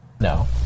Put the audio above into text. No